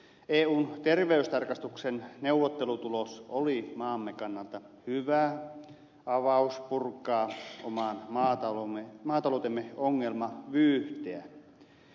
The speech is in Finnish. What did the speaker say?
eun terveystarkastuksen neuvottelutulos oli maamme kannalta hyvä avaus purkaa oman maataloutemme ongelmavyyhteä